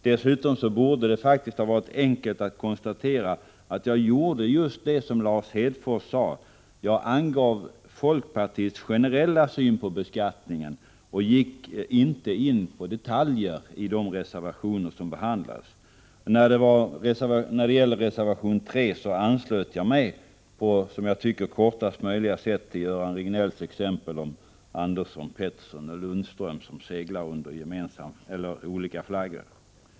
Dessutom borde det faktiskt ha varit enkelt att konstatera att jag gjorde just det som Lars Hedfors sade: Jag angav folkpartiets generella syn på beskattningen och gick inte in på detaljer i de reservationer som behandlades. När det gäller reservation 3 anslöt jag mig, som jag tycker, så kortfattat som möjligt till Göran Riegnells exempel om Andersson, Pettersson och Lundström som seglar under olika flagg.